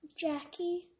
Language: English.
Jackie